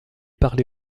parlé